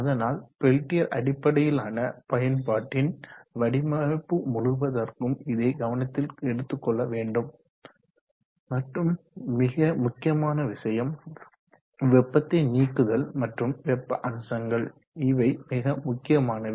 அதனால் பெல்டியர் அடிப்படையிலான பயன்பாட்டின் வடிவமைப்பு முழுவதற்கும் இதை கவனத்தில் எடுத்துக்கொள்ள வேண்டும் மற்றும் மிக முக்கியமான விஷயம் வெப்பத்தை நீக்குதல் மற்றும் வெப்ப அம்சங்கள் இவை மிக முக்கியமானவை